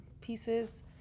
pieces